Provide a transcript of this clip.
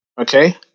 Okay